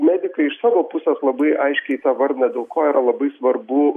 medikai iš savo pusės labai aiškiai tą vardina dėl ko yra labai svarbu